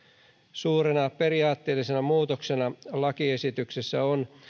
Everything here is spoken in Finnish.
suurena periaatteellisena muutoksena lakiesityksessä on